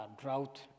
drought